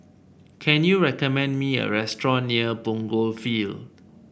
can you recommend me a restaurant near Punggol Field